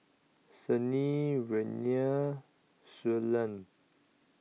Sannie Reina Suellen